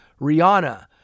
Rihanna